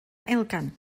elgan